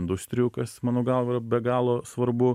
industrijų kas mano galva yra be galo svarbu